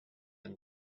and